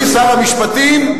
אז אני אדבר, אדוני שר המשפטים,